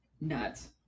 Nuts